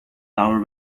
tower